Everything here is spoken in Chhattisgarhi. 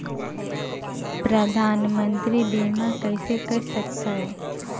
परधानमंतरी बीमा कइसे कर सकथव?